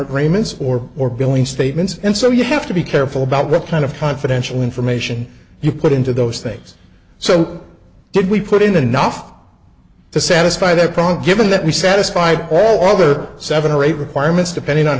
agreements or or billing statements and so you have to be careful about what kind of confidential information you put into those things so did we put in enough to satisfy their problem given that we satisfied all the seven or eight requirements depending on